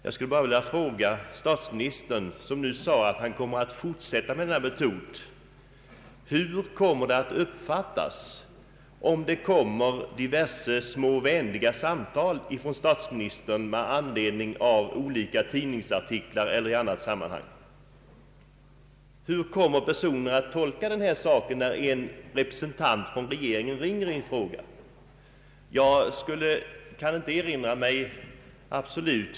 Jag vill fråga statsministern, som nu sade att han kommer att fortsätta med denna metod: Hur kommer det att uppfattas om det kommer diverse små vänliga samtal från statsministern med anledning av olika tidningsartiklar eller i annat sammanhang? Hur kommer det att tolkas av dessa personer när en representant från regeringen ringer upp i en fråga?